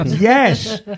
Yes